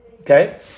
Okay